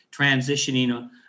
transitioning